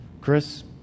Chris